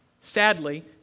sadly